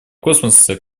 космоса